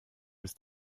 ist